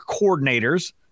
coordinators